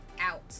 out